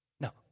No